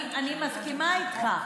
אני מסכימה איתך,